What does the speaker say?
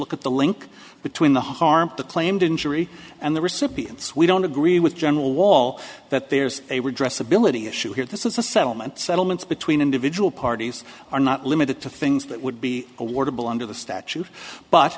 look at the link between the harm the claimed injury and the recipients we don't agree with general wall that there's a redress ability issue here this is a settlement settlements between individual parties are not limited to things that would be awarded under the statute but